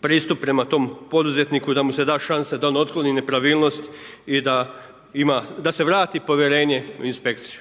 pristup prema tom poduzetniku i da mu se da šansa da on otkloni nepravilnost, i da ima, da se vrati povjerenje u inspekciju.